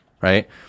right